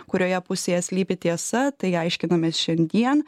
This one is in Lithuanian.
kurioje pusėje slypi tiesa tai aiškinamės šiandien